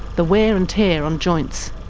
the wear and tear on joints.